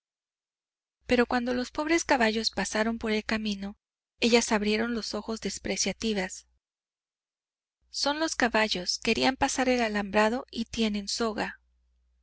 pero cuando los pobres caballos pasaron por el camino ellas abrieron los ojos despreciativas son los caballos querían pasar el alambrado y tienen soga